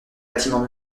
bâtiments